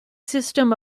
system